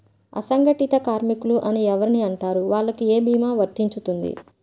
అసంగటిత కార్మికులు అని ఎవరిని అంటారు? వాళ్లకు ఏ భీమా వర్తించుతుంది?